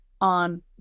on